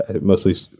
mostly